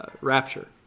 rapture